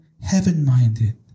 heaven-minded